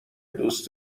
دوست